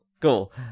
Cool